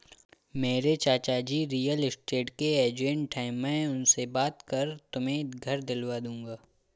मेरे चाचाजी real estate के एजेंट है मैं उनसे बात कर तुम्हें घर दिलवा दूंगा